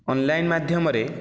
online ମାଧ୍ୟମରେ